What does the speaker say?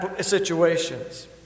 situations